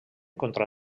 contra